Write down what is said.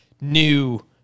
new